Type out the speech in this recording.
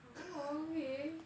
oh okay